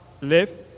live